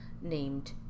named